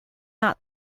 not